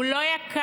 הוא לא יקר,